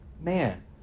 man